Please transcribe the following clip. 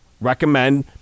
recommend